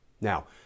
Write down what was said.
Now